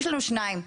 יש שתיים.